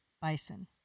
bison